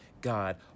God